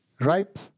Ripe